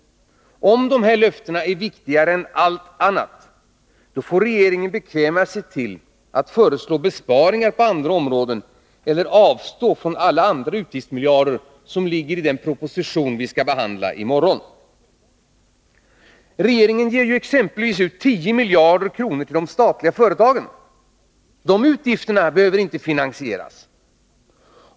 Om dessa löften är viktigare än allt annat får regeringen bekväma sig till att föreslå besparingar på andra områden eller avstå från alla andra utgiftsmiljarder som föreslås i den proposition vi skall behandla i morgon. Regeringen ger exempelvis ut 10 miljarder till de statliga företagen. Dessa utgifter behöver icke finansieras.